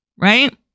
Right